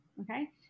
Okay